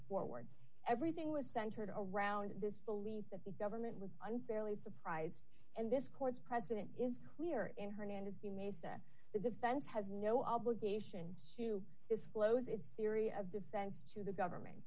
forward everything was centered around this belief that the government was unfairly surprised and this court's precedent is clear in hernandez the mesa the defense has no obligation to disclose its theory of defense to the government